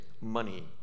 money